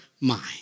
mind